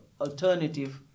alternative